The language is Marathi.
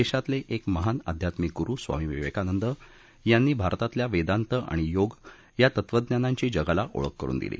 देशातले एक महान आध्यात्मिक गुरु स्वामी विवेकानंद यांनी भारतातल्या वेदांत आणि योग या तत्वज्ञानांची जगाला ओळख करुन दिली